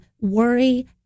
worry